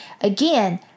Again